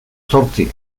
zortzi